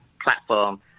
platform